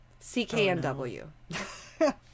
CKNW